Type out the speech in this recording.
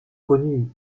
connus